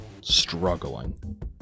struggling